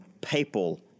papal